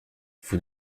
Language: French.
vous